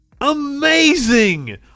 amazing